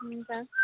हुन्छ